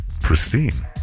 pristine